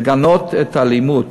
לגנות את האלימות.